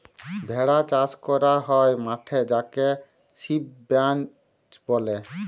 ভেড়া চাস ক্যরা হ্যয় মাঠে যাকে সিপ রাঞ্চ ব্যলে